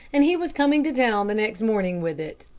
and he was coming to town the next morning with it,